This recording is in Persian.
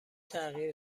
تغییر